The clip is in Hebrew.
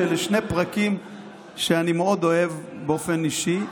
שאלה שני פרקים שאני מאוד אוהב באופן אישי.